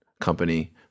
company